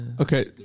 Okay